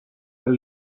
dal